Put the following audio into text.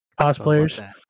Cosplayers